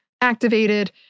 activated